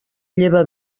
lleva